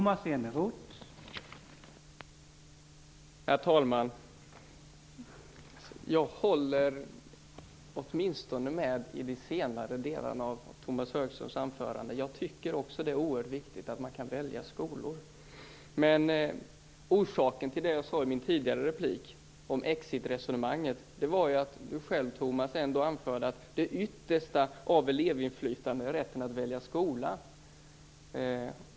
Herr talman! Jag håller med om åtminstone de senare delarna av Tomas Högströms anförande. Jag tycker också att det är oerhört viktigt att man kan välja skola. Men orsaken till det som jag sade tidigare om exitresonemanget var att Tomas Högström själv anförde att det yttersta av elevinflytande är rätten att välja skola.